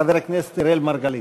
חבר הכנסת אראל מרגלית.